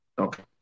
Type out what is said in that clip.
Okay